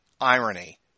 irony